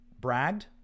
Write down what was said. bragged